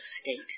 state